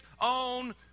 own